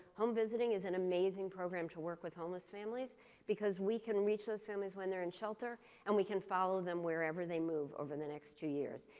home visiting is an amazing program to work with homeless families because we can reach those families when they're in shelter and we can follow them wherever they move over the next two years.